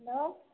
hello